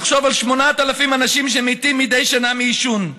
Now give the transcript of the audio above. תחשוב על 8,000 אנשים שמתים מדי שנה מעישון.